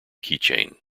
keychain